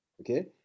Okay